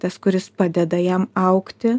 tas kuris padeda jam augti